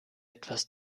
etwas